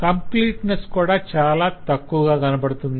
completeness కూడా చాలా తక్కువగా కనపడుతుంది